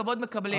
כבוד מקבלים.